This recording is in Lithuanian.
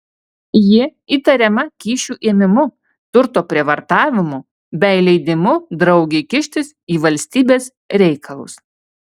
ji įtariama kyšių ėmimu turto prievartavimu bei leidimu draugei kištis į valstybės reikalus